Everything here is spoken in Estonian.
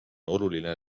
oluline